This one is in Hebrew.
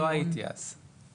אני לא הייתי בכנס לפני שלוש שנים.